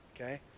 Okay